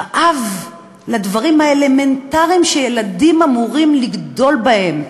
רעב לדברים האלמנטריים שילדים אמורים לגדול בהם,